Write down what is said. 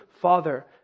father